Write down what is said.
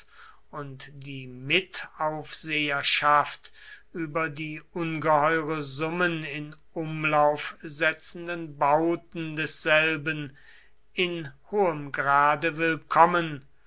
und die mitaufseherschaft über die ungeheure summen in umlauf setzenden bauten desselben in hohem grade willkommen